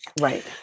Right